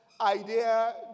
idea